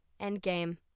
Endgame